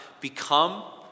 become